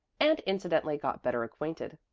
and incidentally got better acquainted.